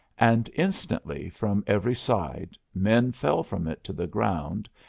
and instantly from every side men fell from it to the ground,